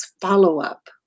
follow-up